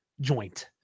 joint